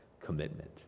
commitment